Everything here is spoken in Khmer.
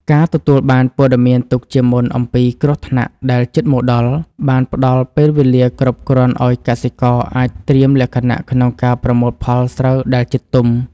ការទទួលបានព័ត៌មានទុកជាមុនអំពីគ្រោះថ្នាក់ដែលជិតមកដល់ បានផ្តល់ពេលវេលាគ្រប់គ្រាន់ឱ្យកសិករអាចត្រៀមលក្ខណៈក្នុងការប្រមូលផលស្រូវដែលជិតទុំ។